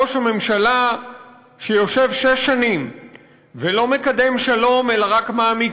ראש הממשלה שיושב שש שנים ולא מקדם שלום אלא רק מעמיק כיבוש,